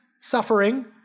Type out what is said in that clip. suffering